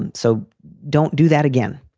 and so don't do that again.